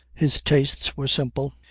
his tastes were simple.